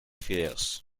fideos